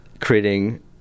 creating